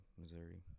Missouri